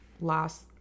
last